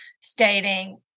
stating